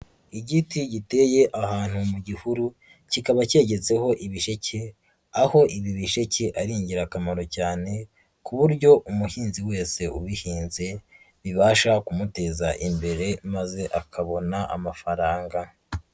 Igiti giteye ahantu mu gihuru kikaba cyegetseho ibisheke, aho ibi bisheke ari ingirakamaro cyane ku buryo umuhinzi wese ubihinze bibasha kumuteza imbere maze akabona amafaranga.